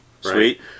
Sweet